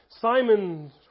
Simon